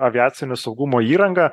aviacinio saugumo įrangą